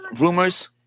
rumors